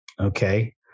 okay